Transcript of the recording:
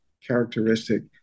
characteristic